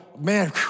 man